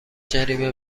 جریمه